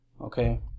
Okay